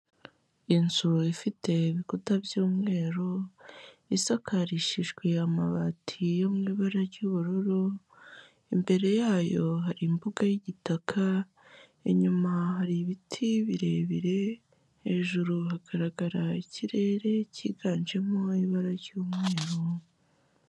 Inzu ifite ibikuta by'umweru, isakarishijwe amabati yo mu ibara ry'ubururu, imbere yayo hari imbuga y'igitaka, inyuma hari ibiti birebire hejuru, hagaragara ikirere cyiganjemo ibara ry'umweru.